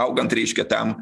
augant reiškia tam